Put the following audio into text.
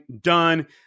done